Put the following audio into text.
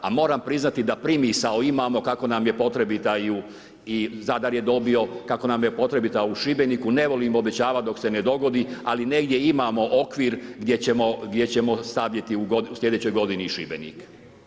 A moram priznati da primisao imamo kako nam je potrebita i Zadar je dobio, kako nam je potrebita u Šibeniku, ne volim obećavati dok se ne dogodi ali negdje imamo okvir gdje ćemo staviti u sljedećoj godini i Šibenik.